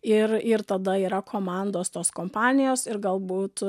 ir ir tada yra komandos tos kompanijos ir galbūt